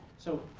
so